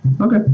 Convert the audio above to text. Okay